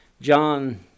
John